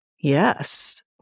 Yes